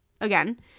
again